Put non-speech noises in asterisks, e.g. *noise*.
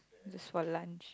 *noise* just for lunch